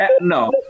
no